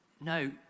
No